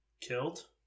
Killed